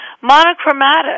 Monochromatic